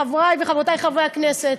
חברי וחברותי חברי הכנסת,